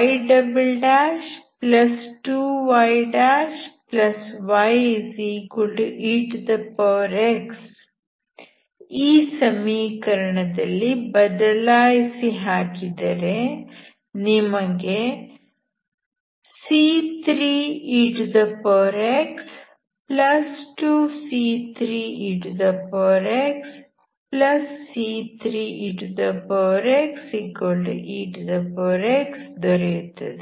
y2yyex ಈ ಸಮೀಕರಣದಲ್ಲಿ ಬದಲಾಯಿಸಿ ಹಾಕಿದರೆ ನಿಮಗೆ c3ex2c3exc3exex ದೊರೆಯುತ್ತದೆ